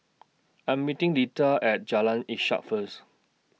I Am meeting Lida At Jalan Ishak First